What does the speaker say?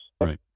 Right